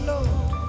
Lord